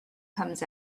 comes